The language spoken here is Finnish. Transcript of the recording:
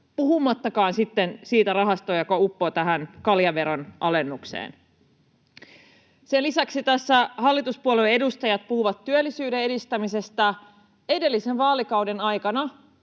puhumattakaan sitten siitä rahasta, joka uppoaa tähän kaljaveron alennukseen. Sen lisäksi tässä hallituspuolueiden edustajat puhuvat työllisyyden edistämisestä. Edellisen vaalikauden aikana